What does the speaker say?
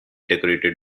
decorated